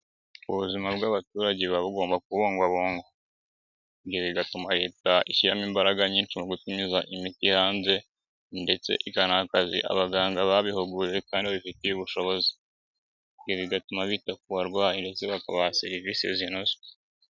Ubuzima bw'abaturageba bugomba kubungwabungwa leta ishyiramo imbaraga nyinshi mu kuzana imiti hanze ndetse ikazana abaganga babihuguriwe kandi bifitiye ubushobozi bigatuma bita ku barwayi bakabaha serivisi zinoze.